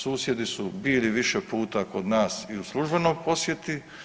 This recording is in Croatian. Susjedi su bili više puta kod nas i u službenoj posjeti.